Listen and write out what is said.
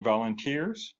volunteers